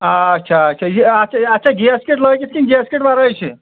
آچھا آچھا یہِ اَتھ چھا اَتھ چھا گیس کِٹ لٲگِتھ کِنہٕ گیس کِٹ وَرٲے چھِ